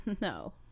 no